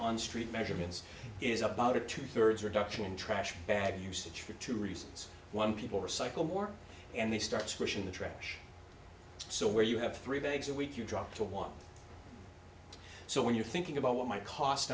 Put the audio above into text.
on street measurements is about a two thirds reduction in trash bag usage for two reasons one people recycle more and they start switching the trash so where you have three bags a week you drop to one so when you're thinking about what my cost